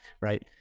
right